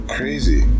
Crazy